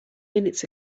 minutes